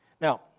Now